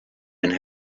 and